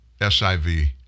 SIV